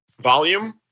Volume